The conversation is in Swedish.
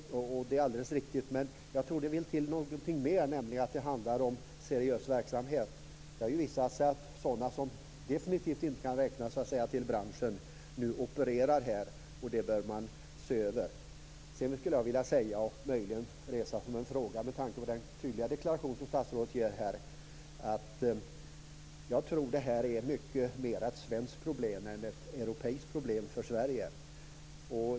Det är alldeles riktigt. Men det vill till någonting mer, nämligen att det handlar om seriös verksamhet. Det har visat sig att sådana som definitivt inte kan räknas till branschen nu opererar, och det bör man se över. Sedan vill jag resa en fråga, med tanke på den tydliga deklaration som statsrådet här gör. Jag tror att detta mycket mer är ett svenskt problem än ett europeiskt problem för Sverige.